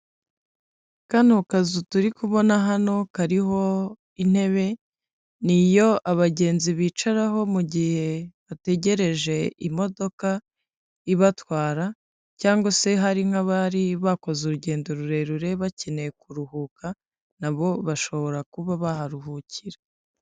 Kano kazu turi kubona hano kariho intebe niyo abagenzi bicaraho gihe bategereje imodoka ibatwara, cyangwa se hari nk'abari bakoze urugendo rurerure bakeneye kuruhuka nabo bashobora kuba baharuhukira.